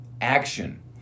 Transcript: action